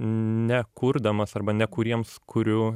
nekurdamas arba ne kuriems kuriu